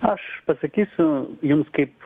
aš pasakysiu jums kaip